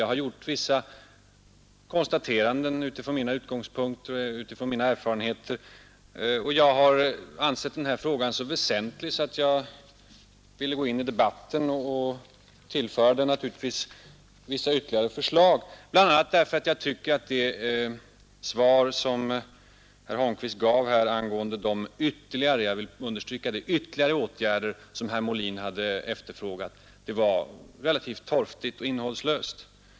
Jag har gjort vissa konstateranden utifrån mina utgångspunkter och utifrån mina erfarenheter, och jag har ansett den här frågan så väsentlig att jag ville gå in i debatten och tillföra den vissa ytterligare förslag, bl.a. därför att jag tycker att det svar som herr Holmqvist gav angående de ytterligare — jag understryker det — åtgärder som herr Molin hade efterfrågat var relativt torftigt och innehållslöst.